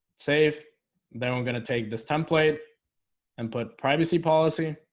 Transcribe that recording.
save then we're gonna take this template and put privacy policy